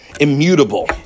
Immutable